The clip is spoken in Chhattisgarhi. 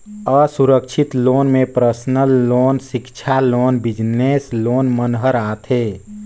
असुरक्छित लोन में परसनल लोन, सिक्छा लोन, बिजनेस लोन मन हर आथे